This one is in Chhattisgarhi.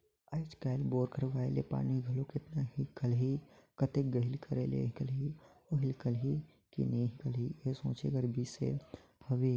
आएज काएल बोर करवाए ले पानी घलो केतना हिकलही, कतेक गहिल करे ले हिकलही अउ हिकलही कि नी हिकलही एहू सोचे कर बिसे हवे